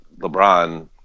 LeBron